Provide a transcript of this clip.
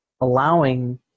allowing